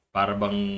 Parang